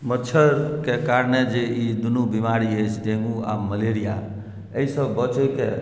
मच्छड़केँ कारणे जे ई दुनू बीमारी अछि डेंगु आ मलेरिया एहिसँ बचैकेँ